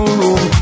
room